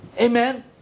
Amen